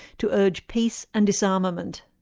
to urge peace and disarmament.